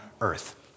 earth